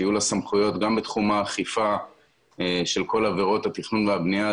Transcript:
שיהיו לה סמכויות גם בתחום האכיפה של כל עבירות התכנון והבניה,